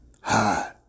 Hi